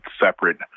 separate